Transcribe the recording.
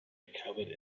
recovered